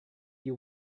you